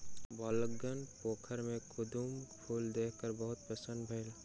बालकगण पोखैर में कुमुद फूल देख क बड़ प्रसन्न भेल